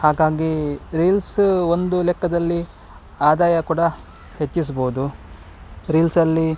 ಹಾಗಾಗಿ ರೀಲ್ಸ ಒಂದು ಲೆಕ್ಕದಲ್ಲಿ ಆದಾಯ ಕೂಡ ಹೆಚ್ಚಿಸ್ಬೋದು ರೀಲ್ಸಲ್ಲಿ